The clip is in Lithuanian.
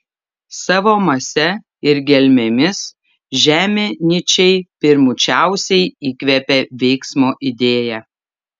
savo mase ir gelmėmis žemė nyčei pirmučiausiai įkvepia veiksmo idėją